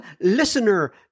listener